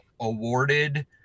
awarded